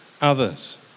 others